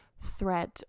thread